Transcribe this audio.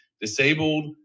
disabled